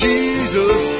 Jesus